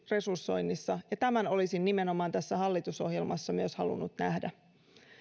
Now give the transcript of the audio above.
resursoinnissa ja tämän olisin nimenomaan tässä hallitusohjelmassa myös halunnut nähdä